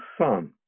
son